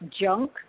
junk